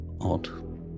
odd